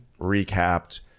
recapped